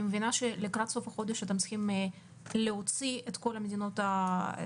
אני מבינה שלקראת סוף החודש אתם צריכים להוציא את כל המדינות הירוקות,